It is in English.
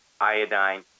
iodine